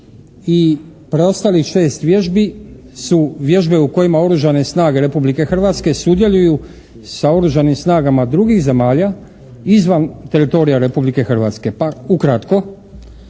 i preostalih šest vježbi su vježbe u kojima Oružane snage Republike Hrvatske sudjeluju sa Oružanim snagama drugih zemalja izvan teritorija Republike Hrvatske.